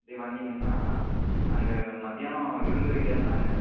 அப்படியே வந்தீங்கன்னால் அங்கே மத்தியானம் விருந்து வைக்கணும்னாங்க